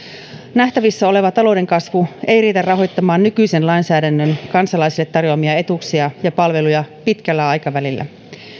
nähtävissä oleva talouden kasvu ei riitä rahoittamaan nykyisen lainsäädännön kansalaisille tarjoamia etuuksia ja palveluja pitkällä aikavälillä